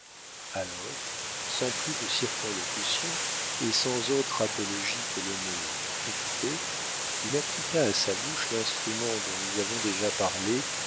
alors sans plus de circonlocutions et sans autre apologie que le mot écoutez il appliqua à sa bouche l'instrument dont nous avons déjà parlé